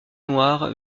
noire